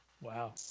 Wow